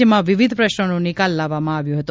જેમાં વિવિધ પ્રશ્નોનો નિકાલ લાવવામાં આવ્યો હતો